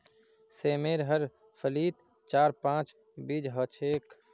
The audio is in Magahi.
सेमेर हर फलीत चार पांच बीज ह छेक